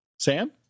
Sam